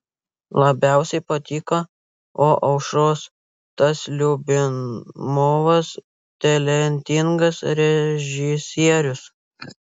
labiausiai patiko o aušros tas liubimovas talentingas režisierius